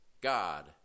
God